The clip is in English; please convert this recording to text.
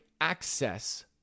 access